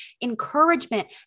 encouragement